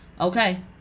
Okay